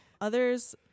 Others